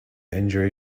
injury